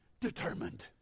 determined